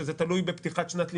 שזה תלוי בפתיחת שנת לימודים.